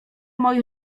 moi